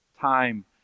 Time